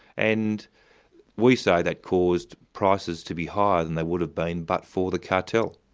and we say that caused prices to be higher than they would have been but for the cartel,